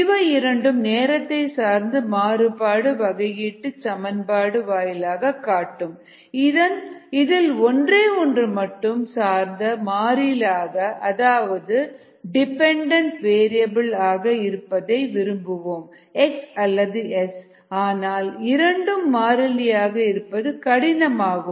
இவை இரண்டும் நேரத்தை சார்ந்து மாறுபாடு வகையீட்டுச் சமன்பாடு வாயிலாக காட்டும் இதில் ஒன்றே ஒன்று மட்டும் சார்ந்த மாறிலியாக அதாவது டிபெண்டன்ட் வேறியபில் ஆக இருப்பதை விரும்புவோம் x அல்லது s ஆனால் இரண்டும் மாறிலியாக இருப்பது கடினமாகும்